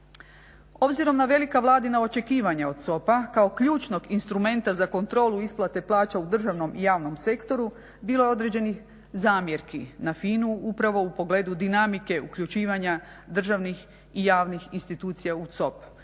Obzirom na velika Vladina očekivanja od COP-a kao ključnog instrumenta za kontrolu isplate plaća u državnom i javnom sektoru bilo je određenih zamjerki na FINA-u upravo u pogledu dinamike uključivanja državnih i javnih institucija u COP.